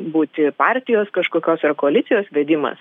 būti partijos kažkokios ar koalicijos vedimas